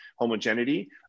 homogeneity